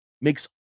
Makes